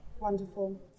Wonderful